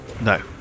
No